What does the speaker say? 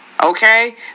Okay